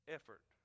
Effort